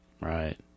Right